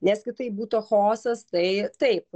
nes kitaip būtų chaosas tai taip